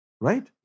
Right